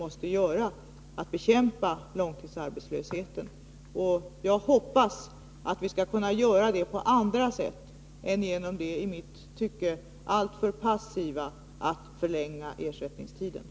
Jag hoppas att vi skall kunna göra det på andra sätt än genom det i mitt tycke alltför passiva sättet att förlänga ersättningstiderna.